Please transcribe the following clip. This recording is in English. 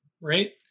right